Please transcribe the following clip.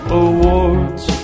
awards